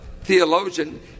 theologian